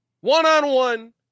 one-on-one